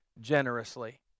generously